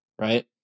right